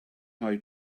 how